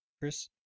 Chris